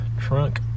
Trunk